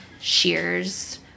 shears